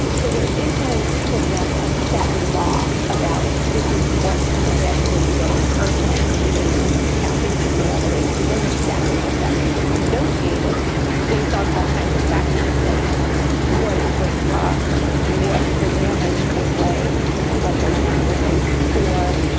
so there isn't, for example, a set law about this is what you get when you get an earthquake remediation in your town. this is the level big. it doesn't exactly work that way. it's negotiated based on all kinds of factors, like what it's going to cost, what the damage was like, you know, what the land was like before.